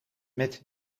met